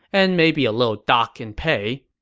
and maybe a little dock in pay.